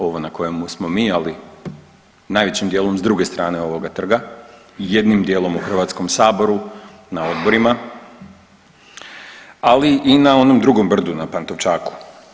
Ovo na kojemu smo mi, ali najvećim dijelom s druge strane ovoga trga i jednim dijelom u Hrvatskom saboru na odborima, ali i na onom drugom brdu na Pantovčaku.